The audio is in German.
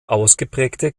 ausgeprägte